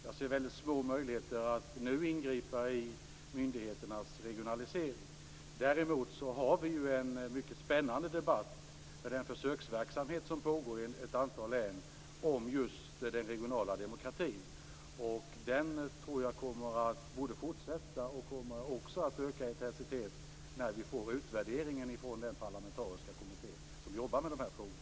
Jag ser väldigt små möjligheter att nu ingripa i myndigheternas regionalisering. Däremot har vi en mycket spännande debatt, med den försöksverksamhet som pågår i ett antal län, om just den regionala demokratin. Jag tror att den kommer att både fortsätta och öka i intensitet när vi får utvärderingen från den parlamentariska kommitté som jobbar med de här frågorna.